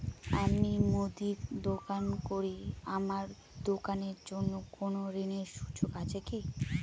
আমি মুদির দোকান করি আমার দোকানের জন্য কোন ঋণের সুযোগ আছে কি?